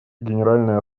генеральная